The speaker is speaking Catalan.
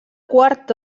quart